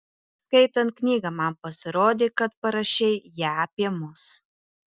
skaitant knygą man pasirodė kad parašei ją apie mus